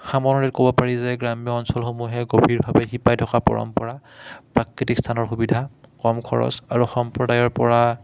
সামৰণিত ক'ব পাৰি যে গ্ৰাম্য অঞ্চলসমূহে গভীৰভাৱে শিপাই থকা পৰম্পৰা প্ৰাকৃতিক স্থানৰ সুবিধা কম খৰচ আৰু সম্প্ৰদায়ৰ পৰা